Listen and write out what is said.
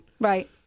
Right